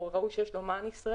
או ראו שיש --- ישראלי,